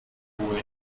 ruhe